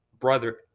brother